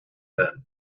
ben